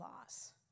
loss